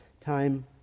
time